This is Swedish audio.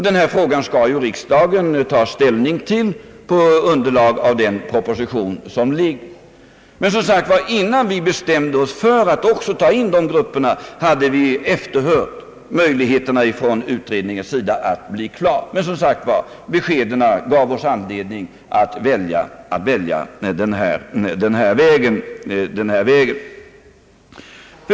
Detta förslag skall ju riksdagen ta ställning till på grundval av den proposition som framlagts. Innan vi bestämde oss för att ta in också dessa grupper, hade vi alltså efterhört möjligheterna för utredningen att bli klar i år. Men, som sagt, det besked vi fick gav oss anledning att välja denna väg.